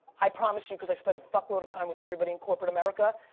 i promise you because i spend a fuckload of time with everybody in corporate america,